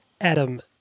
Adam